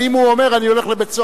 אבל אם הוא אומר: אני הולך לבית-הסוהר